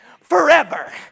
forever